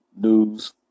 news